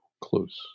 close